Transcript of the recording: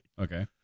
Okay